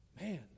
Man